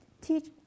teach